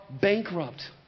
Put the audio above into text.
bankrupt